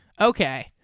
Okay